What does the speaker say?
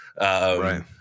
right